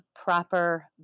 proper